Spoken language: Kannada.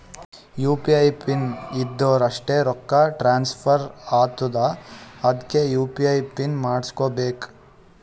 ಯು ಪಿ ಐ ಪಿನ್ ಇದ್ದುರ್ ಅಷ್ಟೇ ರೊಕ್ಕಾ ಟ್ರಾನ್ಸ್ಫರ್ ಆತ್ತುದ್ ಅದ್ಕೇ ಯು.ಪಿ.ಐ ಪಿನ್ ಮಾಡುಸ್ಕೊಬೇಕ್